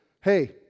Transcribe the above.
hey